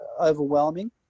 overwhelming